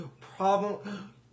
problem